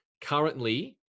currently